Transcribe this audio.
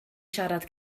siarad